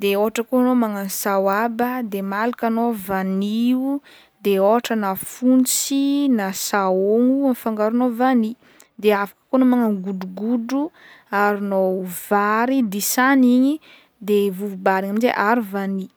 de ôhatra koa anao magnano sahoaba de malaka anao vanio de ôhatra na fontsy na sahogno afangaronao vany de afaka koa magnano godrogodro aharonao vary disagny igny de vovobary aminjay aharo vany.